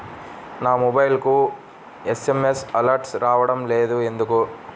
నా మొబైల్కు SMS alerts రావడం లేదు ఎందుకు?